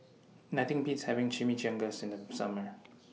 Nothing Beats having Chimichangas in The Summer